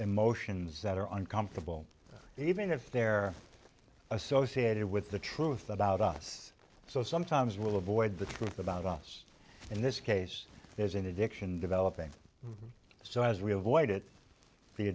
emotions that are uncomfortable even if they're associated with the truth about us so sometimes will avoid the truth about us in this case there's an addiction developing it so as we have voided the